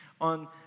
on